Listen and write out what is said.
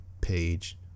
page